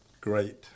great